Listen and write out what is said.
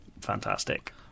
fantastic